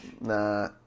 Nah